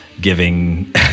giving